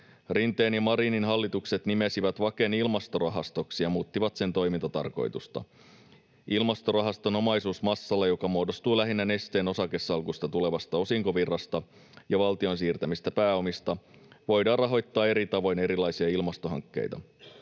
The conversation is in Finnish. Rinteen ja Marinin hallitukset nimesivät Vaken Ilmastorahastoksi ja muuttivat sen toimintatarkoitusta. Ilmastorahaston omaisuusmassalla, joka muodostuu lähinnä Nesteen osakesalkusta tulevasta osinkovirrasta ja valtion siirtämistä pääomista, voidaan rahoittaa eri tavoin erilaisia ilmastohankkeita.